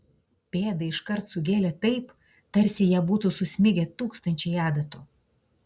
pėdą iškart sugėlė taip tarsi į ją būtų susmigę tūkstančiai adatų